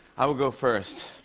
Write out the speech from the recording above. i will go first.